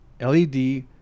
LED